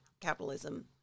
capitalism